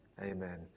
Amen